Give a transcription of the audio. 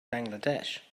bangladesh